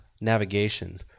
navigation